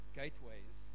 gateways